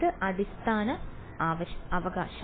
nth അടിസ്ഥാന അവകാശം